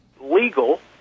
legal